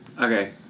Okay